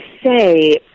say